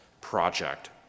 project